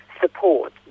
support